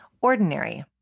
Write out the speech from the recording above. ordinary